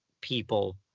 people